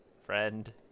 friend